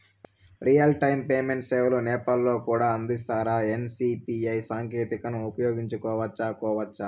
Real time payment సేవలు నేపాల్ లో కూడా అందిస్తారా? ఎన్.సి.పి.ఐ సాంకేతికతను ఉపయోగించుకోవచ్చా కోవచ్చా?